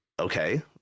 okay